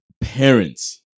Parents